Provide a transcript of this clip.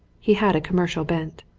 he had a commercial bent.